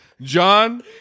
John